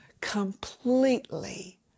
completely